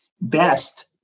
best